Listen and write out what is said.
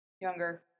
Younger